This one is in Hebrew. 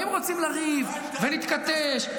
אם רוצים לריב ולהתכתש,